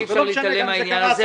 ואי אפשר להתעלם מהעניין הזה,